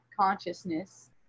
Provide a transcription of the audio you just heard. consciousness